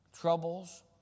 Troubles